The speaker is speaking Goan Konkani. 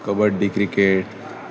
कबड्डी क्रिकेट